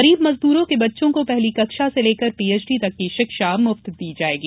गरीब मजदूरों के बच्चों को पहली कक्षा से लेकर पीएचडी तक की शिक्षा मुफ्त दी जायेगी